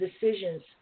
decisions